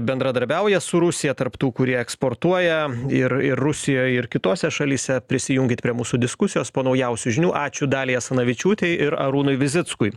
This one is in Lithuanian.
bendradarbiauja su rusija tarp tų kurie eksportuoja ir ir rusijoj ir kitose šalyse prisijunkit prie mūsų diskusijos po naujausių žinių ačiū daliai asanavičiūtei ir arūnui vizickui